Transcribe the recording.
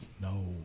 No